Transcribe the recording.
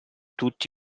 tutti